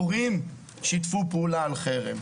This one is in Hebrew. ההורים שיתפו פעולה בחרם.